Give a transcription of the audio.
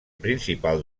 principal